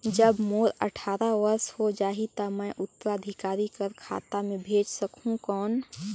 जब मोर अट्ठारह वर्ष हो जाहि ता मैं उत्तराधिकारी कर खाता मे भेज सकहुं कौन?